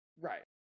Right